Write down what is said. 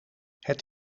het